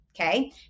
okay